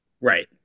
Right